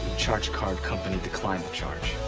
charge card company declined the charge.